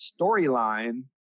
storyline